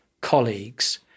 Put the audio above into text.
colleagues